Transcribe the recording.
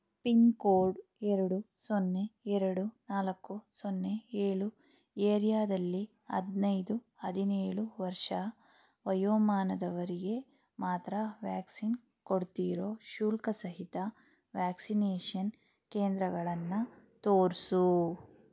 pin code ಎರಡು ಸೊನ್ನೆ ಎರಡು ನಾಲ್ಕು ಸೊನ್ನೆ ಏಳು ಏರಿಯಾದಲ್ಲಿ ಹದಿನೈದು ಹದಿನೇಳು ವರ್ಷ ವಯೋಮಾನದವರಿಗೆ ಮಾತ್ರ ವ್ಯಾಕ್ಸಿನ್ ಕೊಡ್ತಿರೋ ಶುಲ್ಕ ಸಹಿತ ವ್ಯಾಕ್ಸಿನೇಷನ್ ಕೇಂದ್ರಗಳನ್ನು ತೋರಿಸು